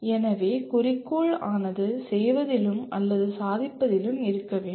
எனவே குறிக்கோள் ஆனது செய்வதிலும் அல்லது சாதிப்பதிலும் இருக்க வேண்டும்